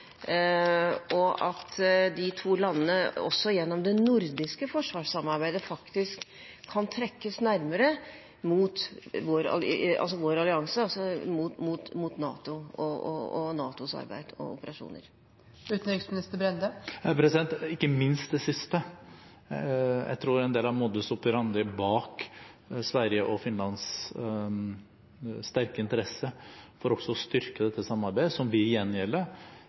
og at de to landene også gjennom det nordiske forsvarssamarbeidet faktisk kan trekkes nærmere mot vår allianse, altså mot NATO og NATOs arbeid og operasjoner. Ikke minst det siste. Jeg tror en del av modus operandi bak Sverige og Finlands sterke interesse for å styrke dette samarbeidet – som vi